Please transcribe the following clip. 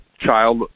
child